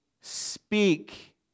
speak